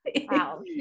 Wow